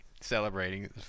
celebrating